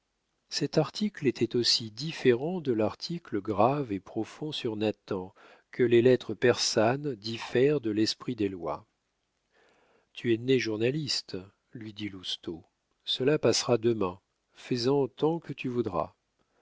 cet article était aussi différent de l'article grave et profond sur nathan que les lettres persanes diffèrent de l'esprit des lois tu es né journaliste lui dit lousteau cela passera demain fais-en tant que tu voudras